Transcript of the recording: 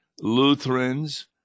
Lutherans